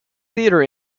theatre